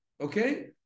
okay